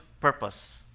purpose